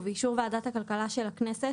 ובאישור ועדת הכלכלה של הכנסת,